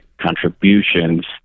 contributions